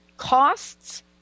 costs